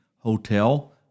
Hotel